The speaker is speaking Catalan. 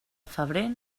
febrer